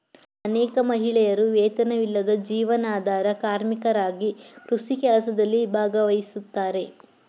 ಅನೇಕ ಮಹಿಳೆಯರು ವೇತನವಿಲ್ಲದ ಜೀವನಾಧಾರ ಕಾರ್ಮಿಕರಾಗಿ ಕೃಷಿ ಕೆಲಸದಲ್ಲಿ ಭಾಗವಹಿಸ್ತಾರೆ